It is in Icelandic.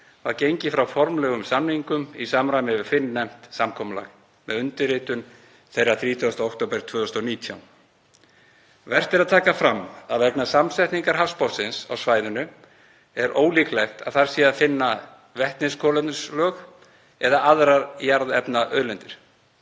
var gengið frá formlegum samningum í samræmi við fyrrnefnt samkomulag með undirritun þeirra 30. október 2019. Vert er að taka fram að vegna samsetningar hafsbotnsins á svæðinu er ólíklegt að þar sé að finna vetniskolefnislög eða aðrar jarðefnaauðlindir.